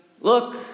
look